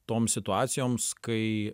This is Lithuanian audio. tom situacijoms kai